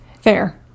Fair